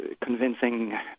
convincing